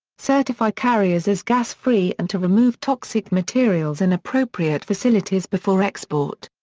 certify carriers as gas-free and to remove toxic materials in appropriate facilities before export.